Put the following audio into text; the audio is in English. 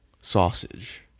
Sausage